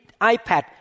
iPad